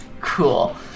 Cool